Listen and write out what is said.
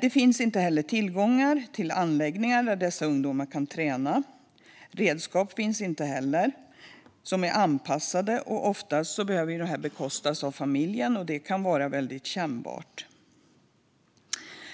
Det finns inte heller tillgång till anläggningar där dessa ungdomar kan träna. Anpassade redskap finns inte heller, och ofta får de bekostas av familjen - vilket kan vara kännbart.